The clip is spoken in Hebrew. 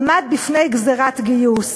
עמד בפני גזירת גיוס